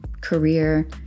career